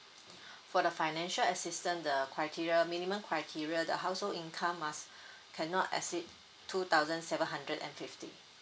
for the financial assistance the criteria minimum criteria the household income must cannot exceed two thousand seven hundred and fifty